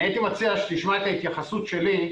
אני הייתי מציע שתשמע את ההתייחסות שלי,